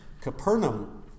Capernaum